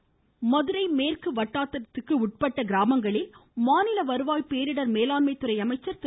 உதயகுமார் மதுரை மேற்கு வட்டாரத்திற்கு உட்பட்ட கிராமங்களில் மாநில வருவாய் பேரிடர் மேலாண்மை துறை அமைச்சர் திரு